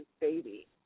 baby